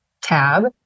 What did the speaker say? tab